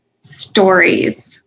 stories